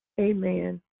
Amen